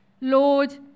Lord